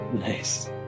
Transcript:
Nice